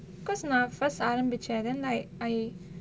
because நா:naa first ஆரம்பிச்சது:aarambichathu then like I